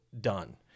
done